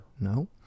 No